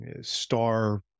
star